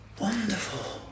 wonderful